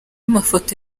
mafoto